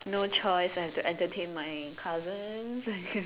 no choice have to entertain my cousins